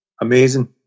Amazing